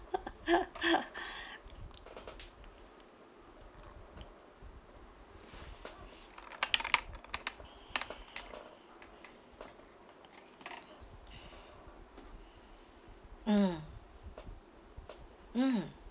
mm mm